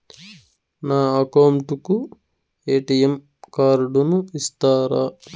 నా అకౌంట్ కు ఎ.టి.ఎం కార్డును ఇస్తారా